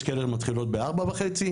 אתה יכול להגיד משהו לגבי איכות השחיטה?